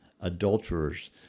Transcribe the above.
adulterers